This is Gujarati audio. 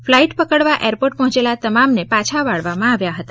ફ્લાઇટ પકડવા એરપોર્ટ પહોચેલા તમામને પાછા વાળવામાં આવ્યા હતા